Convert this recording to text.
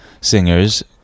singers